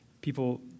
people